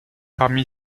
parmi